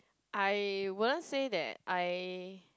I wouldn't say that I